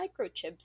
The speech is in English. microchips